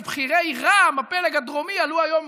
אז בכירי רע"מ, הפלג הדרומי, עלו היום